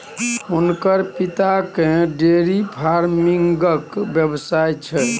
हुनकर पिताकेँ डेयरी फार्मिंगक व्यवसाय छै